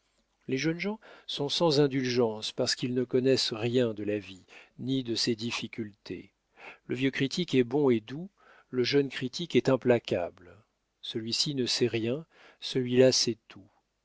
les jeunes gens sont sans indulgence parce qu'ils ne connaissent rien de la vie ni de ses difficultés le vieux critique est bon et doux le jeune critique est implacable celui-ci ne sait rien celui-là sait tout